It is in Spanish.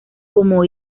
como